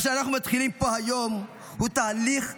מה שאנחנו מתחילים פה היום הוא תהליך תקדימי.